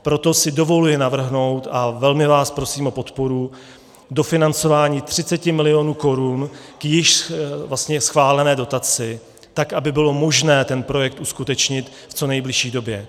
Proto si dovoluji navrhnout a velmi vás prosím o podporu dofinancování 30 milionů korun k již schválené dotaci, tak aby bylo možné ten projekt uskutečnit v co nejbližší době.